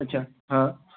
अच्छा हां